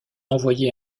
envoyé